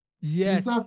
yes